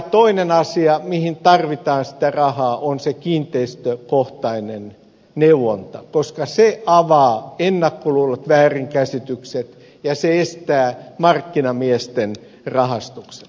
toinen asia mihin tarvitaan rahaa on kiinteistökohtainen neuvonta koska se avaa ennakkoluulot väärinkäsitykset ja se estää markkinamiesten rahastukset